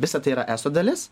visa tai yra eso dalis